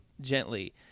gently